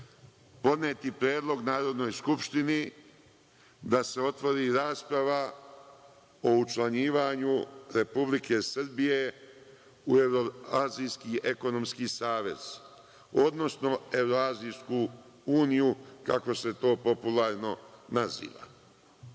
podneti predlog Narodnoj skupštini da se otvori rasprava o učlanjivanju Republike Srbije u Evroazijski ekonomski savez, odnosno Evroazijsku uniju, kako se to popularno naziva? Sa